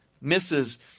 misses